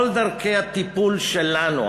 כל דרכי הטיפול שלנו,